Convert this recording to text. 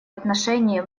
отношении